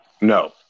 No